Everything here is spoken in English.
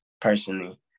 personally